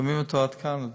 שומעים אותו עד כאן.